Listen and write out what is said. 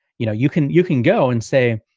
you know, you can, you can go and say,